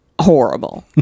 horrible